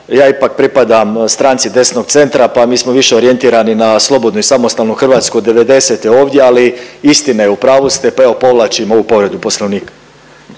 Ja ipak pripadam stranci desnog centra pa mi smo više orijentirani na slobodnu i samostalnu Hrvatsku od '90-e ovdje ali istina je u pravu ste, pa evo povlačim ovu povredu Poslovnika.